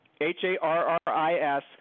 H-A-R-R-I-S